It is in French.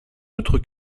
outre